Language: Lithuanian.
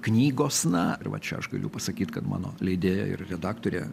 knygos na ir va čia aš galiu pasakyt kad mano leidėja ir redaktorė